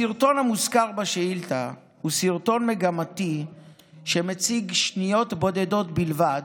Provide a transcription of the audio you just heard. הסרטון המוזכר בשאילתה הוא סרטון מגמתי שמציג שניות בודדות בלבד,